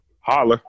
Holler